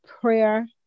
prayer